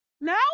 No